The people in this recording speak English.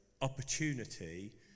opportunity